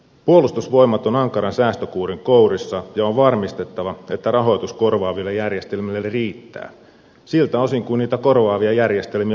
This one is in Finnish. puolustusvoimat on ankaran säästökuurin kourissa ja on varmistettava että rahoitus korvaaville järjestelmille riittää siltä osin kuin niitä korvaavia järjestelmiä on olemassa